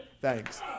Thanks